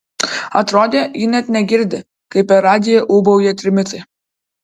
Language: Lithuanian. atrodė ji net negirdi kaip per radiją ūbauja trimitai